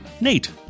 Nate